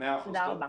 תודה רבה.